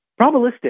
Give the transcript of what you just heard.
probabilistic